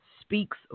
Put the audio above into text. Speaks